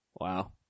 Wow